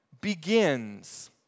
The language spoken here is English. begins